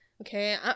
okay